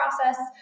process